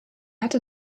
hatte